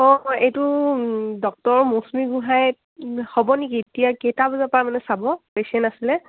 অঁ এইটো ডক্তৰ মৌচমী গোঁহাই হ'ব নেকি এতিয়া কেইটা বজাপা মানে চাব পেচেণ্ট আছিলে